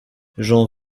j’en